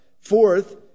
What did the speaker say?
Fourth